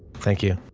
thank you.